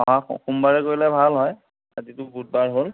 অহা সোমবাৰে কৰিলে ভাল হয় আজিটো বুধবাৰ হ'ল